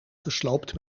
gesloopt